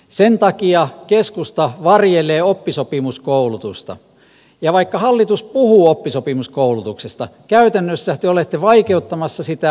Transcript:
sen takia keskusta varjelee oppisopimuskoulutusta ja vaikka hallitus puhuu oppisopimuskoulutuksesta käytännössä te olette vaikeuttamassa sitä